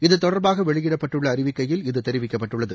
இதுதொடர்பாக வெளியிடப்பட்டுள்ள அறிவிக்கையில் இது தெரிவிக்கப்பட்டுள்ளது